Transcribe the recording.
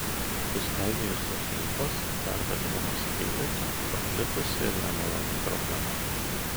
suskeldėjusios lūpos dar vadinamos cheilitu paplitusi ir nemaloni problema